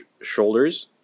shoulders